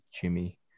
Jimmy